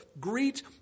greet